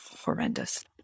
horrendous